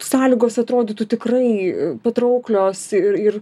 sąlygos atrodytų tikrai patrauklios ir ir